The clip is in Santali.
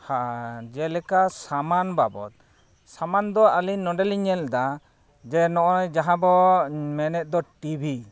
ᱦᱮᱸ ᱡᱮᱞᱮᱠᱟ ᱥᱟᱢᱟᱱ ᱵᱟᱵᱚᱫ ᱥᱟᱢᱟᱱ ᱫᱚ ᱟᱹᱞᱤ ᱱᱚᱸᱰᱮᱞᱤᱧ ᱧᱮᱞᱫᱟ ᱡᱮ ᱱᱚᱜᱼᱚᱭ ᱡᱟᱦᱟᱸᱵᱚᱱ ᱢᱮᱱᱮᱫ ᱫᱚ ᱴᱤᱵᱷᱤ